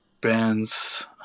bands